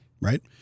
Right